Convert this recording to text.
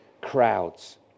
crowds